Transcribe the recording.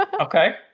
Okay